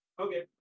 okay